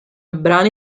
brani